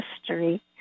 history